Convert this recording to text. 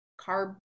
carb